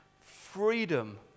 freedom